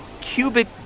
cubic